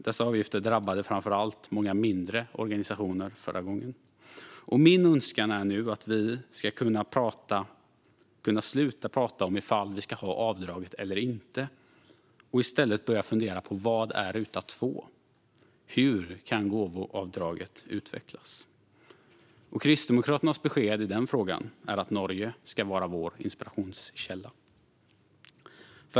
Dessa avgifter drabbade framför allt många mindre organisationer förra gången. Min önskan är att vi nu ska kunna sluta prata om ifall vi ska ha avdraget eller inte, och i stället börja fundera på vad som är ruta två. Hur kan gåvoavdraget utvecklas? Kristdemokraternas besked i den frågan är att Norge ska vara vår inspirationskälla.